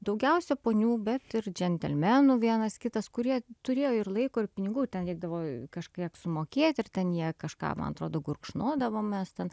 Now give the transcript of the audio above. daugiausia ponių bet ir džentelmenų vienas kitas kurie turėjo ir laiko ir pinigų reikdavo kažkiek sumokėti ir ten jie kažką ten atrodo gurkšnodavo mes ten